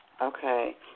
Okay